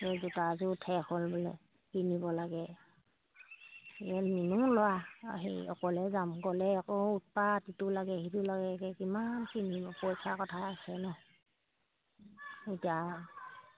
সেই জোতাযোৰো ঠেক হ'ল বোলে কিনিব লাগে এই নিনো ল'ৰা সেই অকলে যাম গ'লে আকৌ উৎপাত ইটো লাগে সিটো লাগেকৈ কিমান কিনিব পইছা কথা আছে নহ্ এতিয়া